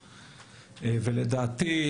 ולדעתי,